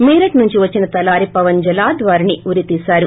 మీరట్ నుంచి వచ్చిన తలారి పవన్ జలాద్ వారిని ఉరితీశారు